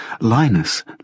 Linus